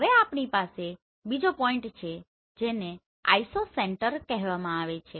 હવે આપણી પાસે બીજો પોઈન્ટ છે જેને આઇસોસેન્ટર કહેવામાં આવે છે